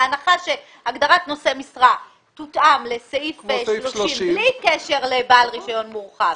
בהנחה שהגדרת נושא משרה תותאם לסעיף 30 בלי קשר לבעל רישיון מורחב,